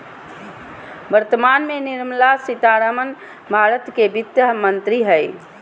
वर्तमान में निर्मला सीतारमण भारत के वित्त मंत्री हइ